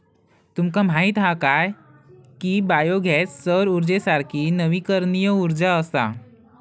तुमका माहीत हा काय की बायो गॅस सौर उर्जेसारखी नवीकरणीय उर्जा असा?